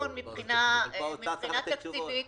האוצר צריך לתת תשובות.